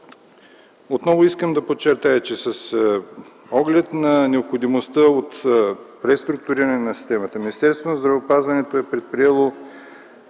отново искам да подчертая, че с оглед необходимостта от преструктуриране на системата Министерството на здравеопазването е предприело